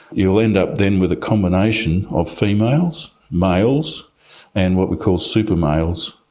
you'll end up then with a combination of females, males and what we call super-males,